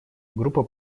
группа